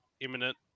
imminent